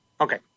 Okay